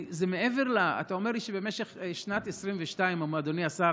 זה מעבר, אתה אומר לי שבמשך שנת 2022, אדוני השר,